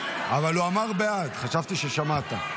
הוא אמר "בעד", חשבתי ששמעת.